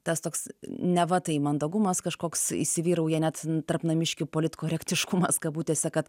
tas toks neva tai mandagumas kažkoks įsivyrauja net tarp namiškių politkorektiškumas kabutėse kad